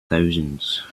thousands